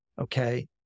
Okay